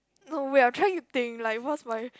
no wait I'm trying to think like what's my